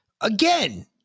Again